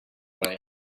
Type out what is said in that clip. way